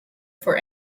for